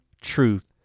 truth